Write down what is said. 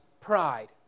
pride